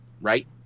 Right